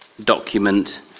document